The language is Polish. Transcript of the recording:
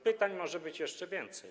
Pytań może być jeszcze więcej.